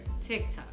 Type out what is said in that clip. TikTok